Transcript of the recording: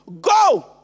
go